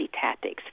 tactics